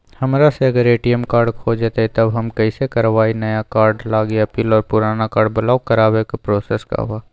हमरा से अगर ए.टी.एम कार्ड खो जतई तब हम कईसे करवाई नया कार्ड लागी अपील और पुराना कार्ड ब्लॉक करावे के प्रोसेस का बा?